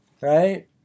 right